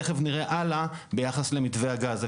תכף נראה זאת הלאה ביחס למתווה הגז.